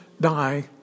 die